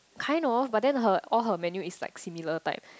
kind of but then her all her menu is like similar type